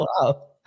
wow